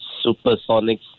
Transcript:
supersonic